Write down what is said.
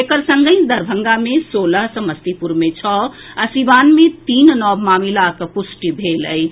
एकर संगहि दरभंगा मे सोलह समस्तीपुर में छओ आ सीवान मे तीन नव मामिलाक पुष्टि भेल अछि